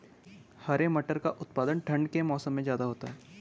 हरे मटर का उत्पादन ठंड के मौसम में ज्यादा होता है